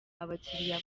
abakiriya